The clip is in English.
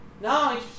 No